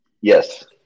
Yes